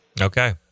Okay